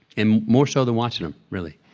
and more so than watching them, really.